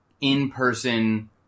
in-person